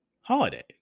holiday